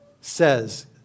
says